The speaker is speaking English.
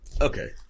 Okay